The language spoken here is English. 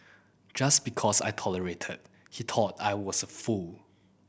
just because I tolerated he thought I was a fool